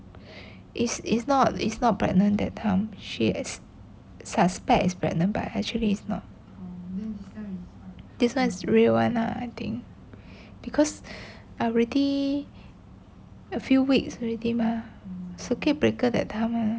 is is not is not pregnant that time she suspect is pregnant by actually is not this one is real one lah I think because I already a few weeks already mah circuit breaker that time mah